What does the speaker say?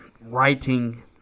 writing